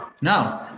No